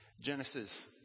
Genesis